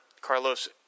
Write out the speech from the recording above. Carlos